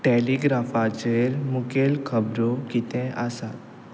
टॅलिग्राफाचेर मुखेल खबरो कितें आसात